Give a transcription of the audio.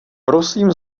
prosím